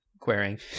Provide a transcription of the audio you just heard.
querying